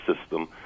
system